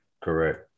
correct